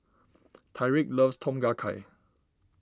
Tyrik loves Tom Kha Gai